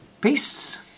Peace